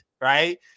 right